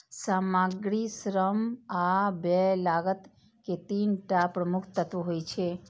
सामग्री, श्रम आ व्यय लागत के तीन टा प्रमुख तत्व होइ छै